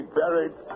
buried